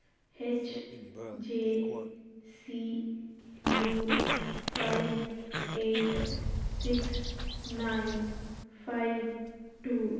H J C U five eight six nine five two